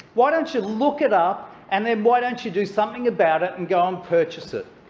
why don't you look it up and then why don't you do something about it and go and purchase it?